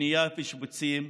לבנייה ושיפוצים,